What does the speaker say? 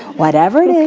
whatever it is.